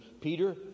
Peter